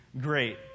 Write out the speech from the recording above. great